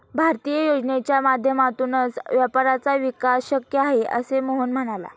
भारतीय योजनांच्या माध्यमातूनच व्यापाऱ्यांचा विकास शक्य आहे, असे मोहन म्हणाला